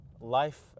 life